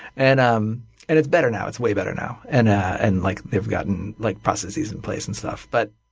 and um and it's better now, it's way better now. and and like they've got and like processes in place and stuff. but